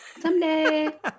Someday